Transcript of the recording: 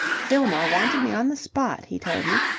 fillmore wanted me on the spot, he told me,